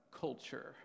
culture